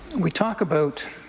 we talk about